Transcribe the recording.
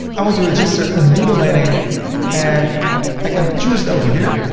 i want to register a new domain name and i can choose it over here.